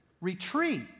retreat